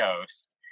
coast